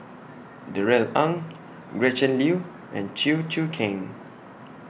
Darrell Ang Gretchen Liu and Chew Choo Keng